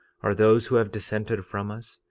are those who have dissented from us?